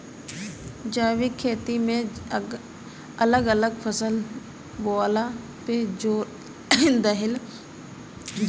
जैविक खेती में अलग अलग फसल बोअला पे जोर देहल जाला